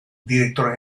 director